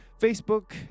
Facebook